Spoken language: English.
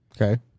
Okay